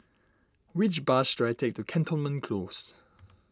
which bus should I take to Cantonment Close